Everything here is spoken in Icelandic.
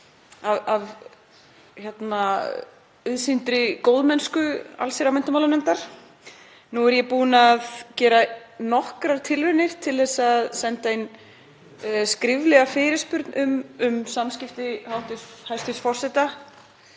af auðsýndri góðmennsku allsherjar- og menntamálanefndar. Nú er ég búin að gera nokkrar tilraunir til að senda inn skriflega fyrirspurn um samskipti hæstv. forseta